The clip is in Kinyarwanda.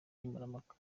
nkemurampaka